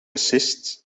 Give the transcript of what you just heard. assist